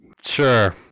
Sure